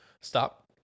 stop